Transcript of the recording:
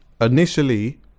initially